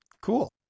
Cool